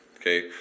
Okay